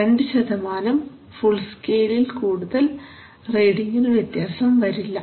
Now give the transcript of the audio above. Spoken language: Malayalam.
2 ഫുൾ സ്കെയിലിൽ കൂടുതൽ റീഡിങിൽ വ്യത്യാസം വരില്ല